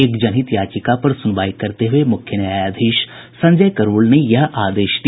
एक जनहित याचिका पर सुनवाई करते हुये मुख्य न्यायाधीश संजय करोल ने यह आदेश दिया